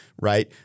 right